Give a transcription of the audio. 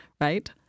right